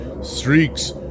streaks